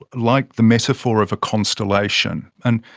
liked the metaphor of a constellation. and,